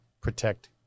protect